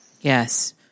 Yes